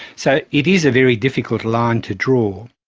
so it is a very difficult line to draw.